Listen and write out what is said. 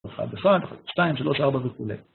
אחד, אחד, שתיים, שלוש, ארבע וכולי.